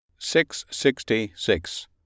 666